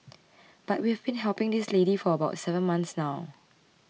but we have been helping this lady for about seven months now